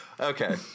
okay